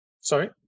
Sorry